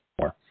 more